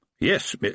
Yes